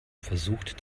versucht